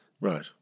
Right